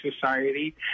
society